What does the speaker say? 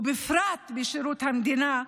ובפרט בשירות המדינה,